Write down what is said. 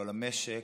לא למשק,